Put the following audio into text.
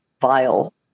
vile